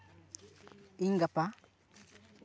ᱤᱧ ᱜᱟᱯᱟ